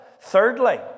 Thirdly